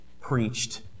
preached